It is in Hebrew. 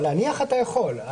להניח אתה יכול.